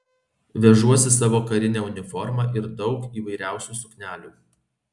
vežuosi savo karinę uniformą ir daug įvairiausių suknelių